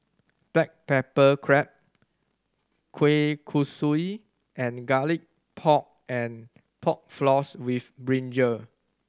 black pepper crab kueh kosui and Garlic Pork and Pork Floss with brinjal